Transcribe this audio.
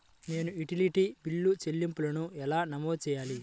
నేను utility bill చెల్లింపులను ఎలా నమోదు చేయాలి?